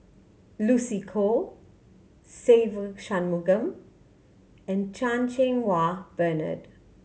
Lucy Koh Se Ve Shanmugam and Chan Cheng Wah Bernard